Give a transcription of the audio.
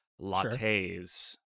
lattes